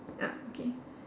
ya okay